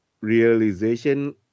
realization